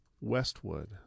Westwood